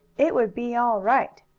it would be all right.